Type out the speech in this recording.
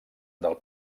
del